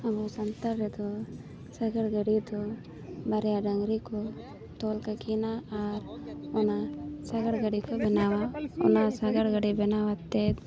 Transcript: ᱟᱵᱚ ᱥᱟᱱᱛᱟᱲ ᱨᱮᱫᱚ ᱥᱟᱜᱟᱲ ᱜᱟᱹᱰᱤ ᱫᱚ ᱵᱟᱨᱭᱟ ᱰᱟᱹᱝᱨᱤ ᱠᱚ ᱛᱚᱞ ᱠᱟᱠᱤᱱᱟ ᱟᱨ ᱚᱱᱟ ᱥᱟᱜᱟᱲ ᱜᱟᱹᱰᱤ ᱠᱚ ᱵᱮᱱᱟᱣᱟ ᱚᱱᱟ ᱥᱟᱜᱟᱲ ᱜᱟᱹᱰᱤ ᱵᱮᱱᱟᱣ ᱠᱟᱛᱮᱫ